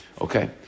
Okay